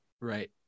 Right